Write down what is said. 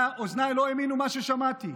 אוזניי לא האמינו למה ששמעתי.